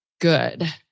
good